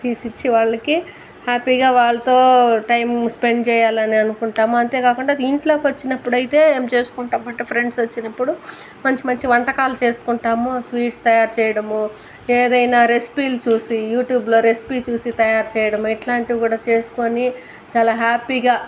తీసిచ్చి వాళ్ళకీ హ్యాపీ గా వాళ్ళతో టైం స్పెండ్ చేయాలనీ అనుకుంటాము అంతేకాకుండా ఇంట్లోకి వచ్చినప్పుడయితే ఏం చేసుకుంటామంటే ఫ్రెండ్స్ వచ్చినప్పుడు మంచి మంచి వంటకాలు చేసుకుంటాము స్వీట్స్ తయారు చేయడమూ ఏదైనా రెసిపీలు చూసి యూట్యూబ్ లో రెసిపీ చూసి తయారు చేయడమూ ఇట్లాంటివి కూడా చేసుకొని చాలా హ్యాపీ గా